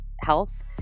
health